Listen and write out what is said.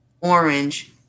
orange